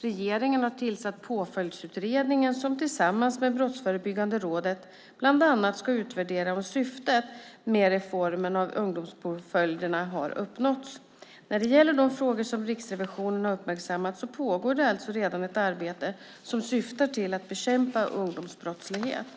Regeringen har tillsatt Påföljdsutredningen som tillsammans med Brottsförebyggande rådet bland annat ska utvärdera om syftet med reformen av ungdomspåföljderna har uppnåtts. När det gäller de frågor som Riksrevisionen har uppmärksammat pågår det alltså redan ett arbete som syftar till att bekämpa ungdomsbrottslighet.